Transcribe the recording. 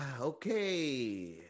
okay